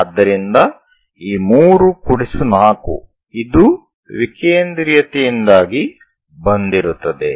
ಆದ್ದರಿಂದ ಈ 3 4 ಇದು ವಿಕೇಂದ್ರೀಯತೆಯಿಂದಾಗಿ ಬಂದಿರುತ್ತದೆ